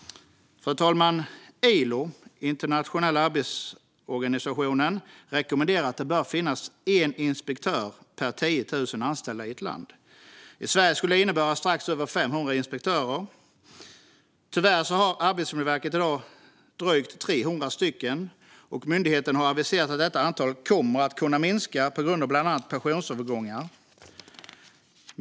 Fru talman! ILO, Internationella arbetsorganisationen, rekommenderar att man har en inspektör per 10 000 anställda i ett land. I Sverige skulle det innebära strax över 500 inspektörer. Tyvärr har Arbetsmiljöverket i dag drygt 300, och myndigheten har aviserat att detta antal kommer att minska på grund av bland annat pensionsavgångar.